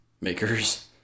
makers